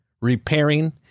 repairing